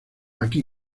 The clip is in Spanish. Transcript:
aquí